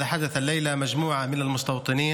אנשים מכובדים,